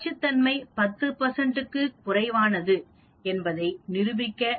நச்சுத்தன்மை 10 க்கும் குறைவானது என்பதை நிரூபிக்க